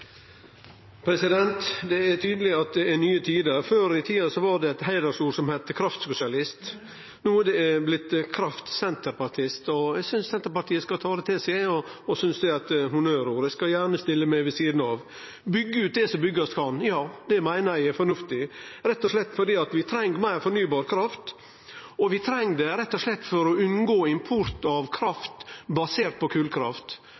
nye tider. Før i tida var det eit heidersord som heitte «kraftsosialist». No er det blitt «kraftsenterpartist», og eg synest Senterpartiet skal ta det til seg. Eg synest det er eit honnørord, og eg skal gjerne stille meg ved sidan av. Å byggje ut det som byggjast ut kan – ja, det meiner eg er fornuftig, rett og slett fordi vi treng meir fornybar kraft, og vi treng det rett og slett for å unngå import av kraft basert på